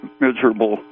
miserable